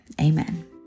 Amen